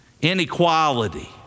inequality